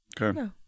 Okay